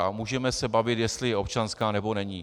A můžeme se bavit, jestli je občanská, nebo není.